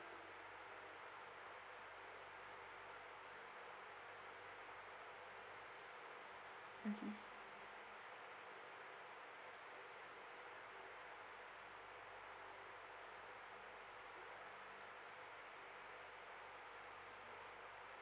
okay